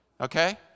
Okay